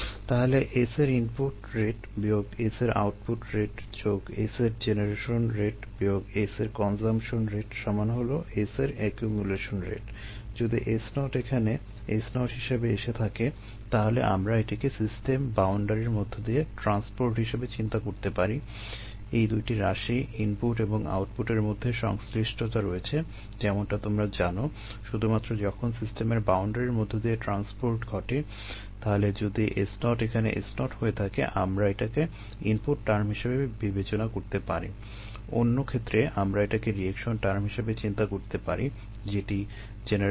তাহলে S এর input rate বিয়োগ S এর আউটপুট রেট যোগ S এর জেনারেশন